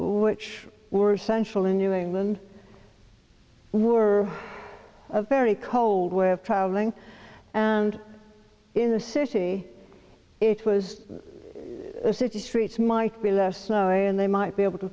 which were essential in new england were a very cold way of travelling and in the city it was a city streets might be less snow and they might be able to